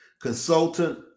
consultant